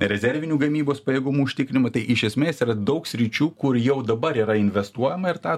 rezervinių gamybos pajėgumų užtikrinimą tai iš esmės yra daug sričių kur jau dabar yra investuojama ir tą